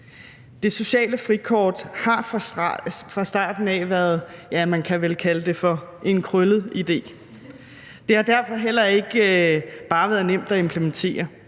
Det sociale frikort har fra starten af været, ja, man kan vel kalde det for en krøllet idé. Det har derfor heller ikke bare været nemt at implementere,